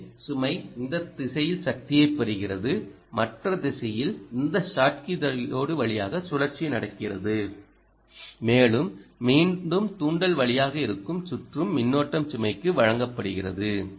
எனவே சுமை இந்த திசையில் சக்தியைப் பெறுகிறது மற்ற திசையில் இந்த ஷாட்கி டையோடு வழியாக சுழற்சி நடக்கிறது மேலும் மீண்டும் தூண்டல் வழியாக இருக்கும் சுற்றும் மின்னோட்டம் சுமைக்கு வழங்கப்படுகிறது